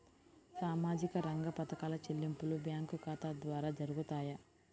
సామాజిక రంగ పథకాల చెల్లింపులు బ్యాంకు ఖాతా ద్వార జరుగుతాయా?